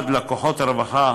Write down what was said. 1. לקוחות הרווחה,